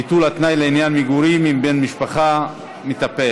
ביטול התנאי לעניין מגורים עם בן משפחה מטפל),